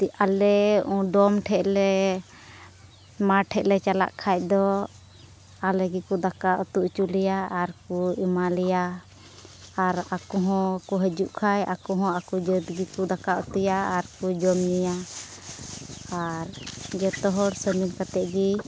ᱟᱞᱮ ᱰᱚᱢ ᱴᱷᱮᱱ ᱞᱮ ᱢᱟ ᱴᱷᱮᱱ ᱞᱮ ᱪᱟᱞᱟᱜ ᱠᱷᱟᱱ ᱫᱚ ᱟᱞᱮ ᱜᱮᱠᱚ ᱫᱟᱠᱟ ᱩᱛᱩ ᱦᱚᱪᱚ ᱞᱮᱭᱟ ᱟᱨ ᱠᱚ ᱮᱢᱟ ᱞᱮᱭᱟ ᱟᱨ ᱟᱠᱚ ᱦᱚᱸᱠᱚ ᱦᱤᱡᱩᱜ ᱠᱷᱟᱱ ᱟᱠᱚ ᱦᱚᱸ ᱟᱠᱚ ᱡᱟᱹᱛ ᱜᱮᱠᱚ ᱫᱟᱠᱟ ᱩᱛᱩᱭᱟ ᱟᱨ ᱠᱚ ᱡᱚᱢᱼᱧᱩᱭᱟ ᱟᱨ ᱡᱚᱛᱚ ᱦᱚᱲ ᱥᱟᱹᱢᱤᱞ ᱠᱟᱛᱮᱫ ᱜᱮ